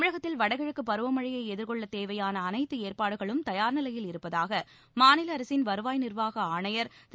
தமிழகத்தில் வடகிழக்கு பருவமனழயை எதிர்கொள்ள தேவையான அனைத்து ஏற்பாடுகளும் தயார்நிலையில் இருப்பதாக மாநில அரசின் வருவாய் நிர்வாக ஆணையர் திரு